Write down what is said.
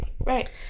right